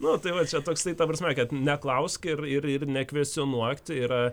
nu tai va čia toksai ta prasme kad neklausk ir ir ir nekvestionuok tai yra